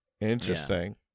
Interesting